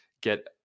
get